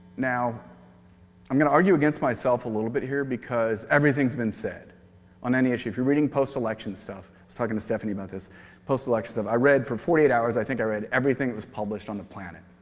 now um going to argue against myself a little bit here, because everything's been said on any issue. if you're reading post-election stuff, i was talking to stephanie about this post-election stuff, i read for forty eight hours. i think i read everything that was published on the planet.